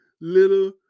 little